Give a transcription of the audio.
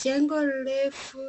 Jengo refu